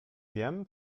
wiem